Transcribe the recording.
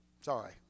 Sorry